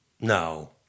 No